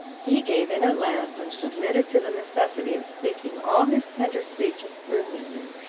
he gave in at last, and submitted to the necessity of speaking all his tender speeches through music